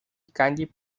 candy